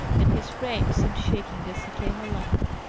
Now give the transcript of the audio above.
and his frame seemed shaking as he came along.